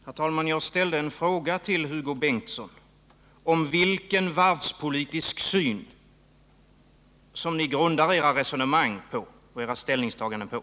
Herr talman! Jag ställde en fråga till Hugo Bengtsson om vilken varvspolitisk syn som socialdemokraterna grundar sitt resonemang och sina ställningstaganden på.